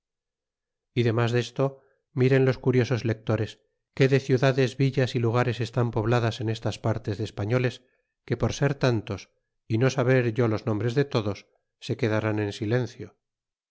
y demas desto miren los curiosos lectores que de ciudades villas y lugares están pobladas en estas partes de españoles que por ser tantos y no saber yo los nombres de todos se quedarán en